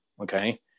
okay